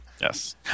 Yes